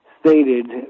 stated